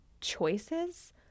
choices